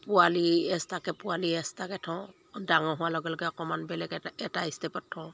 পোৱালি এক্সট্ৰাকৈ পোৱালি এক্সট্ৰাকৈ থওঁ ডাঙৰ হোৱাৰ লগে লগে অকণমান বেলেগ এটা এটা ষ্টেপত থওঁ